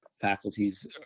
faculties